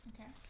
Okay